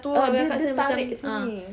ah dia macam tarik sini